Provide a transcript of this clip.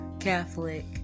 Catholic